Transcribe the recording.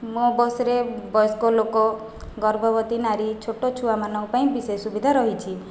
ମୋ ବସ୍ରେ ବୟସ୍କ ଲୋକ ଗର୍ଭବତୀ ନାରୀ ଛୋଟ ଛୁଆମାନଙ୍କ ପାଇଁ ବିଶେଷ ସୁବିଧା ରହିଛି